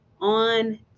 on